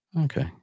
Okay